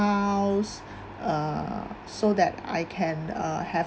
uh so that I can uh have